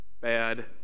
bad